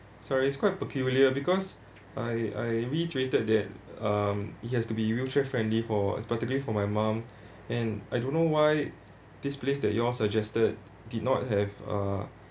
sorry it's quite peculiar because I I reiterated that um it has to be wheelchair friendly for particularly for my mom and I don't know why this place that you all suggested did not have uh